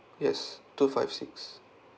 yes two five six